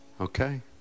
Okay